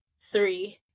Three